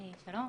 שלום,